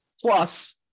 Plus